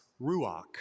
ruach